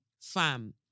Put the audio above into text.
fam